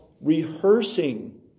Rehearsing